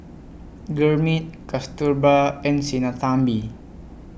Gurmeet Kasturba and Sinnathamby